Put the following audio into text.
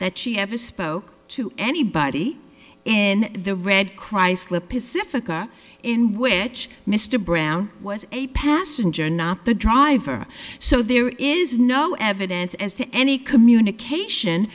that she ever spoke to anybody in the red chrysler pacifica in which mr brown was a passenger not the driver so there is no evidence as to any communication